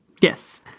Yes